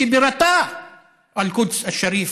שבירתה אל-קודס א-שריף,